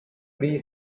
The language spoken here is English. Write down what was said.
free